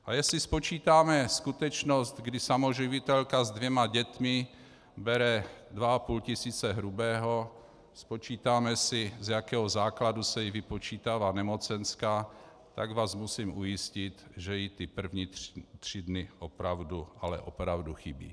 A jestli spočítáme skutečnost, kdy samoživitelka se dvěma dětmi bere 2,5 tis. (?) hrubého, spočítáme si, z jakého základu se jí vypočítává nemocenská, tak vás musím ujistit, že jí ty první tři dny opravdu, ale opravdu chybí.